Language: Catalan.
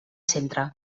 centre